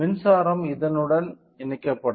மின்சாரம் இதனுடன் இணைக்கப்படும்